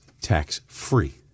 tax-free